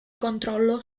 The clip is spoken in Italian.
controllo